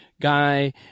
guy